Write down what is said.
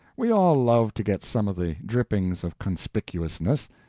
we all love to get some of the drippings of conspicuousness,